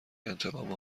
انتقام